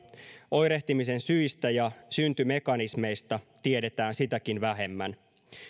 oirehtimisen syistä ja syntymekanismeista tiedetään sitäkin vähemmän